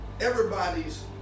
everybody's